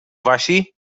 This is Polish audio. wasi